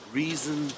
reason